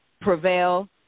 prevail